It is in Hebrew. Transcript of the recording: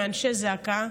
מאנשי זק"א,